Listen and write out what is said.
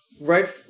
right